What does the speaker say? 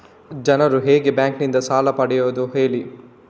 ಜನರು ಹೇಗೆ ಬ್ಯಾಂಕ್ ನಿಂದ ಸಾಲ ಪಡೆಯೋದು ಹೇಳಿ